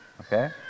Okay